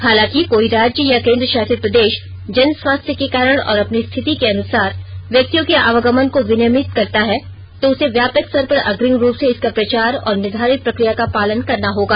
हालांकि अगर कोई राज्य या केंद्रशासित प्रदेश जन स्वास्थ्य के कारण और अपनी स्थिति के अनुसार व्यक्तियों के आवागमन को विनियमित करता है तो उसे व्यापक स्तर पर अग्रिम रूप से इसका प्रचार और निर्धारित प्रक्रिया का पालन करना होगा